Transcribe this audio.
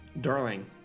Darling